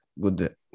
good